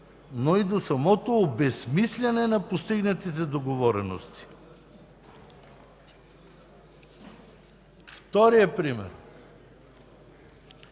но и до самото обезсмисляне на постигнатите договорености. Вторият пример